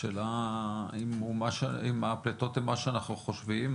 השאלה האם הפליטות הן מה שאנחנו חושבים,